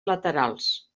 laterals